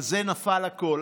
על זה נפל הכול.